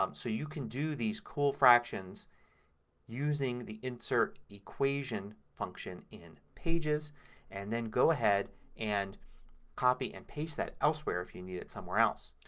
um so you can do these cool fractions using the insert, equation function in pages and then go ahead and copy and paste that elsewhere if you need it somewhere else.